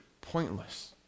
pointless